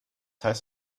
heißt